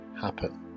happen